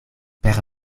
per